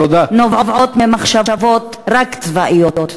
הנובעות ממחשבות רק צבאיות.